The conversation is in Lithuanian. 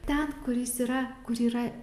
ten kuris yra kur yra